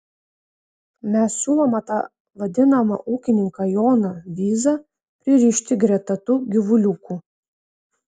mes siūlome tą vadinamą ūkininką joną vyzą pririšti greta tų gyvuliukų